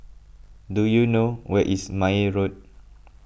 do you know where is Meyer Road